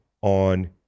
on